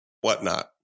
whatnot